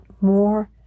more